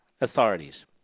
authorities